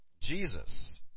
Jesus